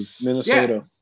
Minnesota